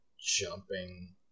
jumping